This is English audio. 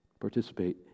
participate